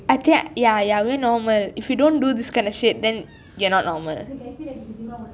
I think ya ya we normal if you don't do this kind of shit then you are not normal